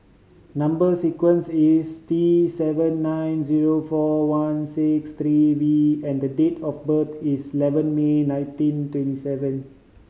number sequence is T seven nine zero four one six three V and the date of birth is eleven May nineteen twenty seven